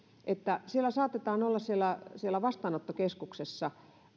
että siellä saatetaan olla vastaanottokeskuksessa